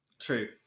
True